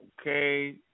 okay